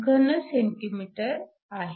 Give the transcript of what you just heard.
1 cm3 आहे